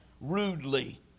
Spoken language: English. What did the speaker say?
rudely